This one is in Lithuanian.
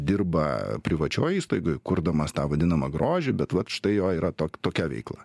dirba privačioj įstaigoj kurdamas tą vadinamą grožį bet vat štai jo yra tok tokia veikla